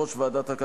בעד?